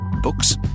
Books